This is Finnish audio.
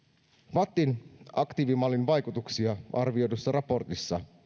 aktiivimallin vaikutuksia arvioivassa vattin raportissa